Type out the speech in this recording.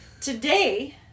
Today